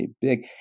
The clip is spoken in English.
big